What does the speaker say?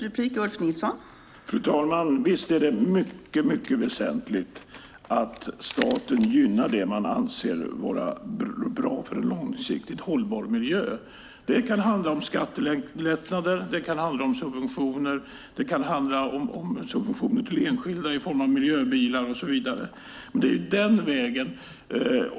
Fru talman! Visst är det mycket väsentligt att staten gynnar det man anser vara bra för en långsiktigt hållbar miljö. Det kan handla om skattelättnader, det kan handla om subventioner, det kan handla om subventioner till enskilda i form av miljöbilar och så vidare.